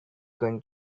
going